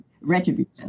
Retribution